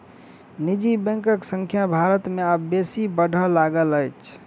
निजी बैंकक संख्या भारत मे आब बेसी बढ़य लागल अछि